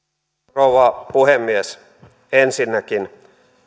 rouva puhemies ensinnäkin